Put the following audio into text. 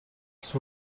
suo